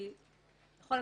זו בקשה שהיא לכל הפחות